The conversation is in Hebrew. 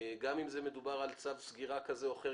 גם אם מדובר על צו סגירה כזה או אחר,